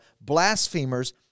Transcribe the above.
blasphemers